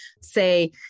say